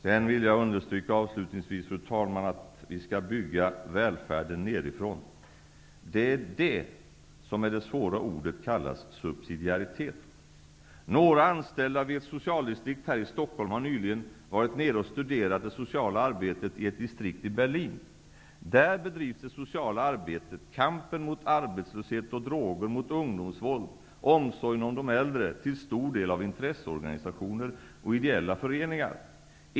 Avslutningsvis, fru talman, vill jag understryka att vi skall bygga välfärden nedifrån. Det är det som med det svåra ordet kallas subsidiaritet. Några anställda vid ett socialdistrikt här i Stockholm har nyligen varit i Berlin och studerat det sociala arbetet i ett distrikt där. Där bedrivs det sociala arbetet, kampen mot arbetslöshet och droger, mot ungdomsvåld, omsorgen om de äldre, till stor del av intresseorganisationer och ideella föreningar.